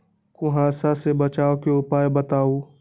कुहासा से बचाव के उपाय बताऊ?